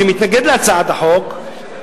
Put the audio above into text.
שמתנגד להצעת החוק,